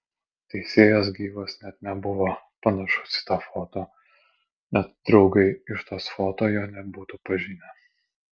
teisėjas gyvas net nebuvo panašus į tą foto net draugai iš tos foto jo nebūtų pažinę